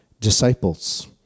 disciples